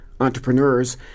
entrepreneurs